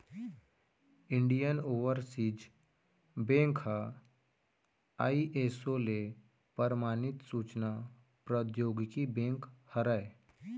Indian Overseas Bank ह ISO ले परमानित सूचना प्रौद्योगिकी बेंक हरय